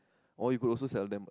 or you could also sell them